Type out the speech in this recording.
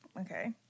Okay